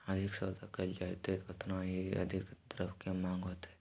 अधिक सौदा कइल जयतय ओतना ही अधिक द्रव्य के माँग होतय